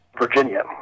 Virginia